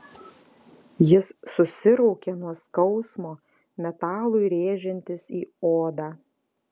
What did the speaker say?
jis susiraukė nuo skausmo metalui rėžiantis į odą